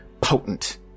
potent